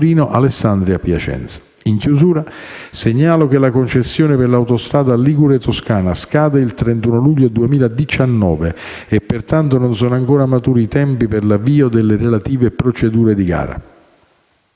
In chiusura, segnalo che la concessione per l'autostrada Ligure Toscana scade il 31 luglio 2019 e, pertanto, non sono ancora maturi i tempi per l'avvio delle relative procedure di gara.